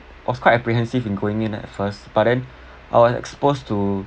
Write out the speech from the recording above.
was quite apprehensive in going in at first but then I was exposed to